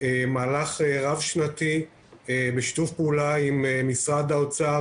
רב שנתי בשיתוף פעולה עם משרד האוצר,